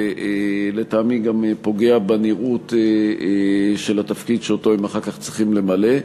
ולטעמי גם פוגע בנראות של התפקיד שהם אחר כך הם צריכים למלא.